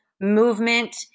movement